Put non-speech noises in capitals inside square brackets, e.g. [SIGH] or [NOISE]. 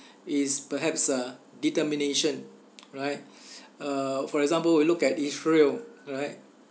[BREATH] it is perhaps uh determination right [BREATH] uh for example will look at israel alright